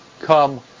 come